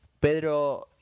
Pedro